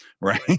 right